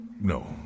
no